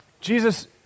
Jesus